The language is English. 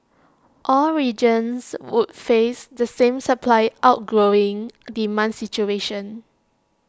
all regions would face the same supply outgrowing demand situation